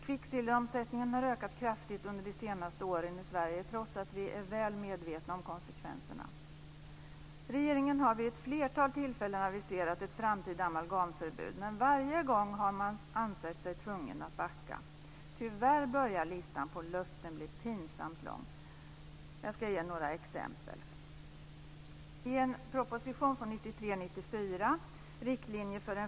Kvicksilveromsättningen har ökat kraftigt under de senaste åren i Sverige, trots att vi är väl medvetna om konsekvenserna. Regeringen har vid ett flertal tillfällen aviserat ett framtida amalgamförbud, men varje gång har man ansett sig tvungen att backa. Tyvärr börjar listan på löften bli pinsamt lång.